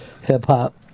hip-hop